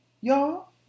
y'all